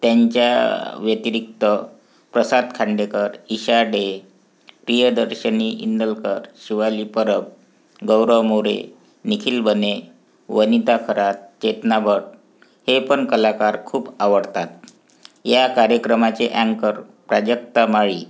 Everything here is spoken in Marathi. त्यांच्या व्यतिरिक्त प्रसाद खांडेकर इशा डे प्रियदर्शनी इंदलकर शिवाली परब गौरव मोरे निखिल बने वनिता खरात चेतना भट् हे पण कलाकार खूप आवडतात या कार्यक्रमाचे अँकर प्राजक्ता माळी